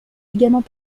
également